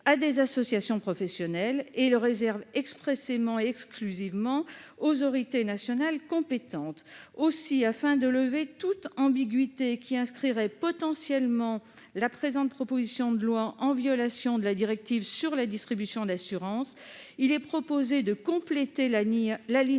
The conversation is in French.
à des associations professionnelles et les réservent expressément et exclusivement aux autorités nationales compétentes. Aussi, pour lever toute ambiguïté, qui inscrirait potentiellement le présent texte en violation de la directive sur la distribution d'assurances, il est proposé de compléter l'alinéa